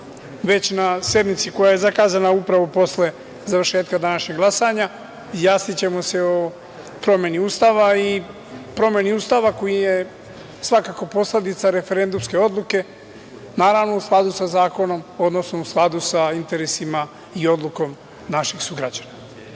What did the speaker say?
na sednici koja je zakazana upravo posle završetka današnjeg glasanja izjasnićemo se o promeni Ustava, koja je svakako posledica referendumske odluke, naravno, u skladu sa zakonom, odnosno u skladu sa interesima i odlukom naših sugrađana.